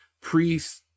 priests